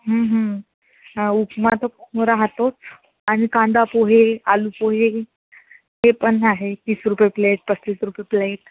हा उपमा तर राहतोच आणि कांदापोहे आलुपोहे हे पण आहे तीस रुपये प्लेट पस्तीस रुपये प्लेट